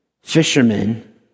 fishermen